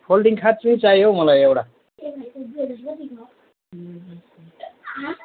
folding खाट पनि चाहियो हौ मलाई एउटा